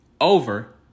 over